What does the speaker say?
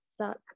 suck